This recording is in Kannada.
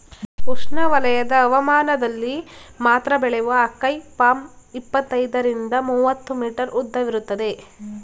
ಉಷ್ಣವಲಯದ ಹವಾಮಾನದಲ್ಲಿ ಮಾತ್ರ ಬೆಳೆಯುವ ಅಕೈ ಪಾಮ್ ಇಪ್ಪತ್ತೈದರಿಂದ ಮೂವತ್ತು ಮೀಟರ್ ಉದ್ದವಿರ್ತದೆ